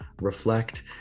reflect